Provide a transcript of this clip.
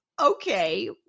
okay